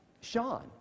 Sean